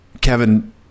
Kevin